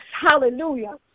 hallelujah